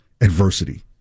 Adversity